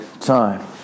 time